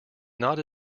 not